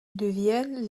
deviennent